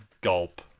gulp